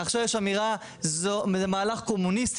עכשיו יש אמירה של מהלך קומוניסטי.